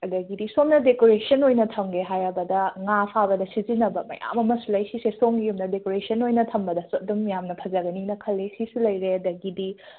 ꯑꯗꯒꯤꯗꯤ ꯁꯣꯝꯅ ꯗꯦꯀꯣꯔꯦꯁꯟ ꯑꯣꯏꯅ ꯊꯝꯒꯦ ꯍꯥꯏꯔꯕꯗ ꯉꯥ ꯐꯥꯕꯗ ꯁꯤꯖꯤꯟꯅꯕ ꯃꯌꯥꯝ ꯑꯃꯁꯨ ꯂꯩ ꯁꯤꯁꯦ ꯁꯣꯝꯒꯤ ꯌꯨꯝꯗ ꯗꯦꯀꯣꯔꯦꯁꯟ ꯑꯣꯏꯅ ꯊꯝꯕꯗꯁꯨ ꯑꯗꯨꯝ ꯌꯥꯥꯝꯅ ꯐꯖꯒꯅꯦꯅ ꯈꯜꯂꯤ ꯁꯤꯁꯨ ꯂꯩꯔꯦ ꯑꯗꯒꯤꯗꯤ